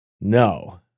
No